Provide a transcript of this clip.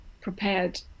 prepared